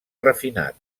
refinat